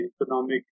economic